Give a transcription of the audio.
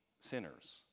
sinners